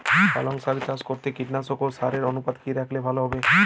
পালং শাক চাষ করতে কীটনাশক আর সারের অনুপাত কি রাখলে ভালো হবে?